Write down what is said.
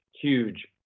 huge